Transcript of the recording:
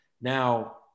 now